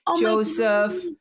Joseph